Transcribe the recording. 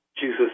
Jesus